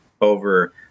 over